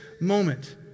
moment